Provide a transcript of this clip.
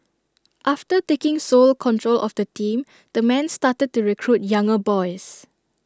after taking sole control of the team the man started to recruit younger boys